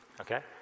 okay